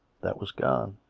that was gone.